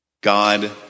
God